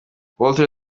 walter